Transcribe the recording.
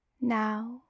Now